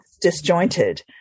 disjointed